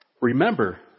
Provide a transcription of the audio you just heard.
Remember